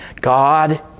God